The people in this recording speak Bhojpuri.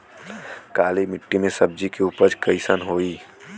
काली मिट्टी में सब्जी के उपज कइसन होई?